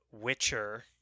Witcher